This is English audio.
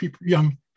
young